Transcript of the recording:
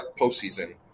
postseason